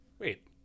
Wait